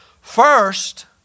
first